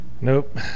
Nope